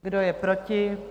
Kdo je proti?